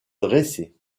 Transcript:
dressées